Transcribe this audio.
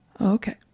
Okay